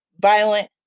violent